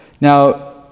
Now